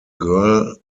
girl